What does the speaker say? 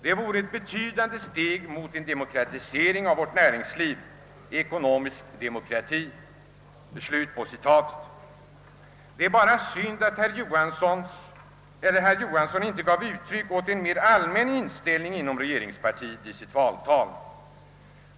Det vore ett betydande steg mot demokratisering av vårt näringsliv — ekonomisk demokrati.» Det är bara synd att herr Johansson i sitt valtal inte gav uttryck åt en mer allmän inställning inom regeringspartiet.